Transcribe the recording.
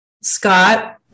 Scott